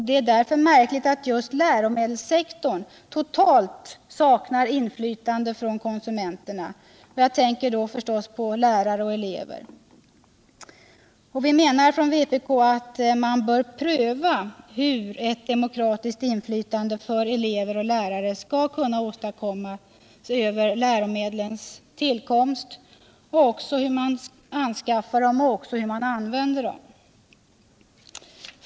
Det är därför märkligt att just läromedelssektorn totalt saknar inflytande från ”konsumenterna”, dvs. elever och lärare. Vpk menar att man bör pröva hur ett demokratiskt inflytande för elever och lärare skall kunna åstadkommas över läromedlens tillkomst och hur man anskaffar och använder dem.